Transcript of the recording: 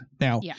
Now